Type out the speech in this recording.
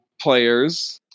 players